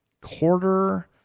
quarter